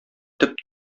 төп